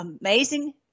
amazing